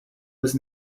was